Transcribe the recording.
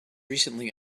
recently